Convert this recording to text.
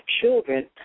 children